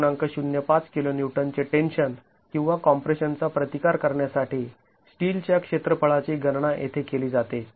०५ kilo newton चे tension किंवा कॉम्प्रेशनचा प्रतिकार करण्यासाठी स्टील च्या क्षेत्रफळाची गणना येथे केली जाते